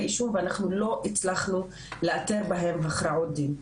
אישום ואנחנו לא הצלחנו לאתר בהם הכרעות דין.